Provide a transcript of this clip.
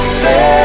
say